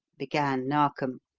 began narkom.